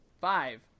Five